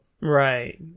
Right